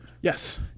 Yes